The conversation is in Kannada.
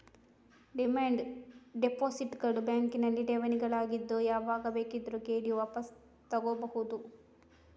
ಡಿಮ್ಯಾಂಡ್ ಡೆಪಾಸಿಟ್ ಗಳು ಬ್ಯಾಂಕಿನಲ್ಲಿ ಠೇವಣಿಗಳಾಗಿದ್ದು ಯಾವಾಗ ಬೇಕಿದ್ರೂ ಕೇಳಿ ವಾಪಸು ತಗೋಬಹುದು